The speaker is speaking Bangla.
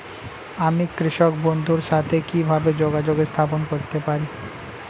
আমি কৃষক বন্ধুর সাথে কিভাবে যোগাযোগ স্থাপন করতে পারি?